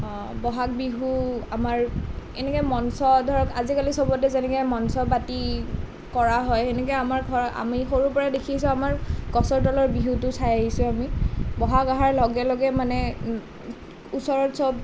বহাগ বিহু আমাৰ এনেকৈ মঞ্চ ধৰক আজিকালি চবতে যেনেকৈ মঞ্চ পাতি কৰা হয় সেনেকৈ আমাৰ ঘৰ আমি সৰুৰ পৰাই দেখিছোঁ আমাৰ গছৰ তলৰ বিহুতো চাই আহিছোঁ আমি বহাগ অহাৰ লগে লগেই মানে ওচৰত চব